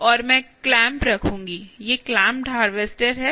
और मैं क्लैंप रखूंगी ये clampped हारवेस्टर है